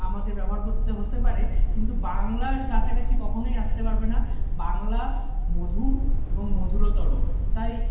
আমাদের ব্যবহার করতে হতে পারে কিন্তু বাংলার কাছাকাছি কখনোই আস্তে পারবে না বাংলা মধুর এবং মধুরতর তাই